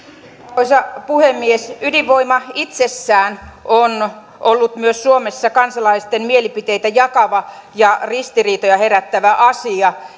arvoisa puhemies ydinvoima itsessään on ollut myös suomessa kansalaisten mielipiteitä jakava ja ristiriitoja herättävä asia